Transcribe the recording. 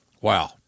Wow